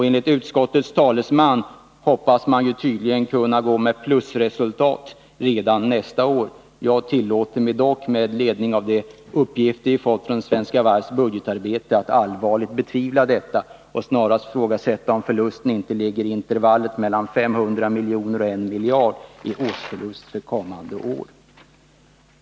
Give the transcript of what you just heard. Enligt utskottets talesman hoppas man tydligen kunna gå med plusresultat redan nästa år. Jag tillåter mig att med ledning av de uppgifter vi fått från Svenska Varvs budgetarbete allvarligt betvivla detta. Jag ifrågasätter om inte årsförlusten kommande år snarare ligger i intervallet 500 miljoner-1 miljard.